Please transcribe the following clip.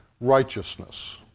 righteousness